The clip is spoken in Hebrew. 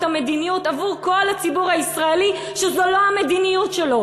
המדיניות עבור כל הציבור הישראלי שזו לא המדיניות שלו,